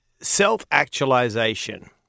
self-actualization